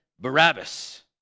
Barabbas